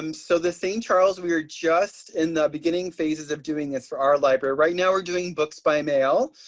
and so the st. charles, we are just in the beginning phases of doing this for our library. right now we're doing books by mail.